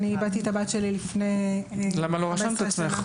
אני איבדתי את הבת שלי לפני 15 שנה.